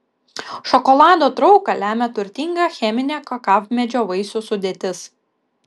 šokolado trauką lemia turtinga cheminė kakavmedžio vaisių sudėtis